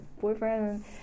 boyfriend